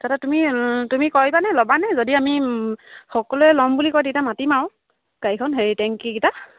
তাতে তুমি তুমি কৰিবানে ল'বানে যদি আমি সকলোৱে ল'ম বুলি কয় তেতিয়া মাতিম আৰু গাড়ীখন হেৰি টেংকিকেইটা